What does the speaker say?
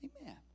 Amen